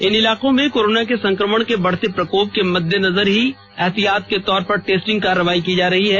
इन इलाकों में कोरोना के संक्रमण के बढ़ते प्रकोप के मद्देनजर ही एहतियात के तौर पर टेस्टिंग करवाई जा रही है